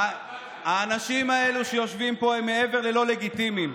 האנשים האלה שיושבים פה הם מעבר ללא-לגיטימיים,